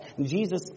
Jesus